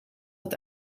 het